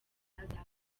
azapfa